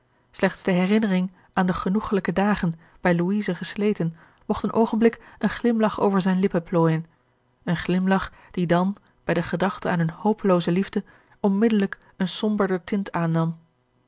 slechts de herinnering aan de genoegelijke dagen bij louise gesleten mogt een oogenblik een glimlach over zijne lippen plooijen een glimlach die dan bij de gedachte aan hunne hopelooze liefde onmiddellijk een somberder tint aannam